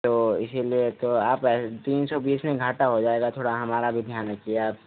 तो इसीलिए तो आप तीन सौ बीस में घाटा हो जाएगा थोड़ा हमारा भी ध्यान रखिए आप